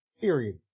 Period